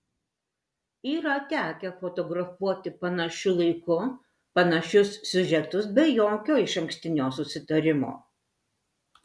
yra tekę fotografuoti panašiu laiku panašius siužetus be jokio išankstinio susitarimo